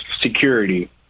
security